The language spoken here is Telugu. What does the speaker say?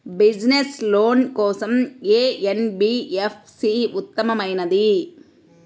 బిజినెస్స్ లోన్ కోసం ఏ ఎన్.బీ.ఎఫ్.సి ఉత్తమమైనది?